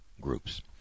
groups